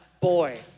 Boy